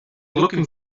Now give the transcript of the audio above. looking